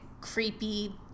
creepy